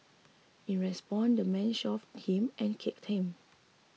in response the man shoved him and kicked him